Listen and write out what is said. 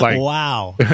wow